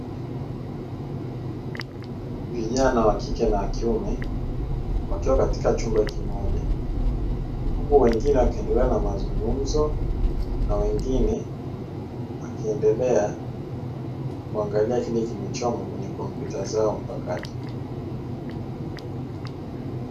Vijana wakike na wakiume wakiwa katika chumba kimoja; huku wengine wakiendelea na mazungumzo na wengine wakiendelea kuangalia kile kilichomo kwenye kompyuta zao mpakato.